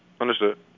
Understood